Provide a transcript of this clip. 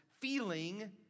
feeling